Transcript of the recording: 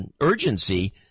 urgency